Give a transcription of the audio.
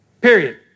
Period